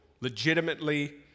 legitimately